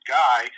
guy